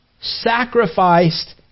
sacrificed